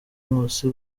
nkusi